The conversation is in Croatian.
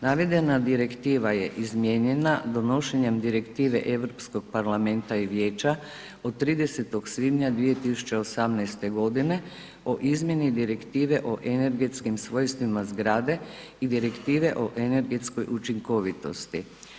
Navedena direktiva je izmijenjena donošenjem Direktive Europskog parlamenta i Vijeća od 30. svibnja 2018.g. o izmjeni Direktive o energetskim svojstvima zgrade i Direktive o energetskoj učinkovitosti.